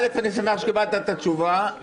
א', אני שמח שקיבלת את התשובה.